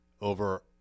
over